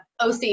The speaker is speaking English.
OC